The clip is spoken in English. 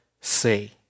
say